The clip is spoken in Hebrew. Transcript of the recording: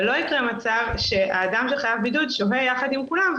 לא יקרה מצב שהאדם חייב בידוד שוהה יחד עם כולם,